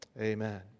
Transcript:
amen